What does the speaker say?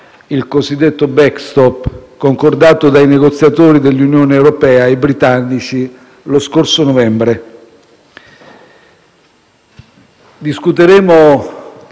il cosiddetto *backstop*, concordato dai negoziatori dell'Unione europea e britannici lo scorso novembre. Discuteremo